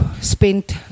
spent